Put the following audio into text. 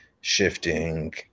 shifting